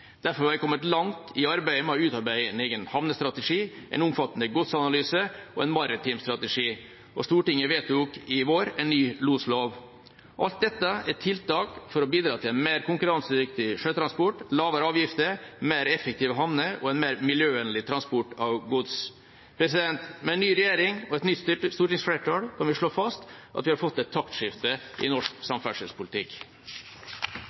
Derfor har vi kommet langt i arbeidet med å utarbeide en egen havnestrategi, en omfattende godsanalyse og en maritim strategi, og Stortinget vedtok i vår en ny loslov. Alt dette er tiltak for å bidra til en mer konkurransedyktig sjøtransport, lavere avgifter, mer effektive havner og en mer miljøvennlig transport av gods. Med en ny regjering og et nytt stortingsflertall kan vi slå fast at vi har fått et taktskifte i norsk